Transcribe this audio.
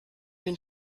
den